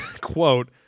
quote